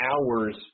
hours